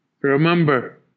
Remember